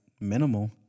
minimal